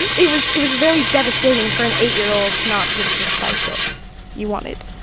and it was it was very devastating for an eight year old to not be able to get the bike that you wanted,